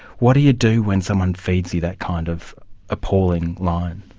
what do you do when someone feeds you that kind of appalling line?